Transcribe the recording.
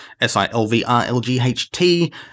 S-I-L-V-R-L-G-H-T